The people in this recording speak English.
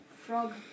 frog